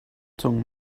tongue